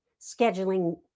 scheduling